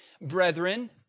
brethren